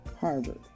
Harvard